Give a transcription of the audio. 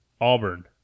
Auburn